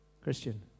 Christian